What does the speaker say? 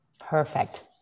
perfect